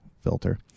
filter